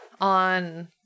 on